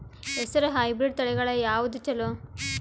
ಹೆಸರ ಹೈಬ್ರಿಡ್ ತಳಿಗಳ ಯಾವದು ಚಲೋ?